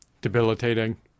debilitating